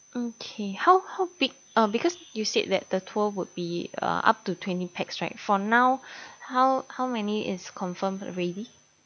okay how how big uh because you said that the tour would be uh up to twenty pax right for now how how many is confirmed already